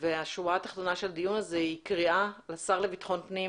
והשורה התחתונה של הדיון הזה היא קריאה לשר לביטחון פנים